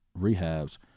rehabs